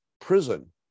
prison